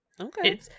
okay